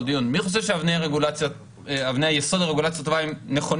דיון ושאלנו אותם: מי חושב שאבני היסוד לרגולציה טובה נכונים?